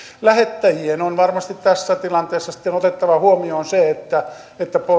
lähettäjien on varmasti tässä tilanteessa sitten otettava huomioon se että